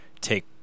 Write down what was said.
take